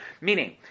meaning